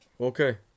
okay